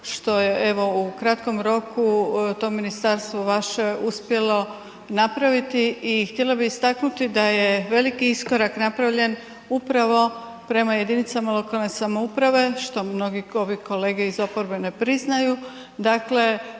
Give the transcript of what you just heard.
što je evo u kratkom roku to ministarstvo vaše uspjelo napraviti. I htjela bih istaknuti da je veliki iskorak napravljen upravo prema jedinicama lokalne samouprave, što mnoge kolege iz oporbe ne priznaju,